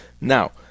Now